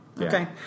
Okay